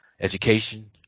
education